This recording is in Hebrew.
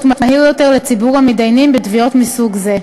מהיר יותר לציבור המתדיינים בתביעות מסוג זה.